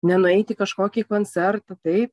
nenueit į kažkokį koncertą taip